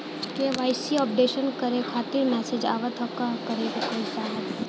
KYC updation करें खातिर message आवत ह का करे के होई साहब?